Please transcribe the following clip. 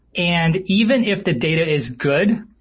and even if the data is good,